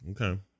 Okay